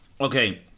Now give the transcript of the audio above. Okay